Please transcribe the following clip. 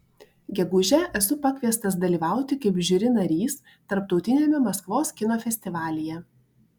gegužę esu pakviestas dalyvauti kaip žiuri narys tarptautiniame maskvos kino festivalyje